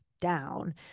down